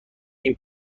این